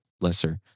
lesser